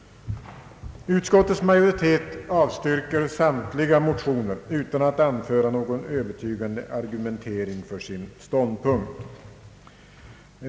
Utskottets majoritet avstyrker samtliga motioner utan att anföra någon övertygande argumentering för sin ståndpunkt.